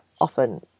often